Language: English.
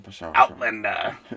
outlander